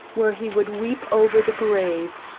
where he would weep over the grave,